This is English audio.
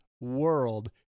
world